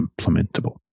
implementable